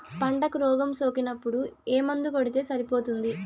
పంటకు రోగం సోకినపుడు ఏ మందు కొడితే సరిపోతుంది?